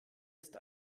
ist